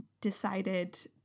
decided